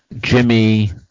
Jimmy